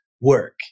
work